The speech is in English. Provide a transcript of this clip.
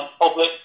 public